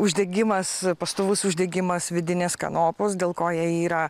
uždegimas pastovus uždegimas vidinės kanopos dėl ko jie yra